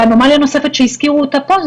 אנומליה נוספת שהזכירו אותה פה,